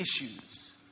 issues